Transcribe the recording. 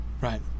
Right